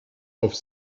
auf